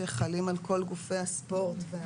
שחלות על כל גופי הספורט,